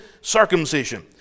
circumcision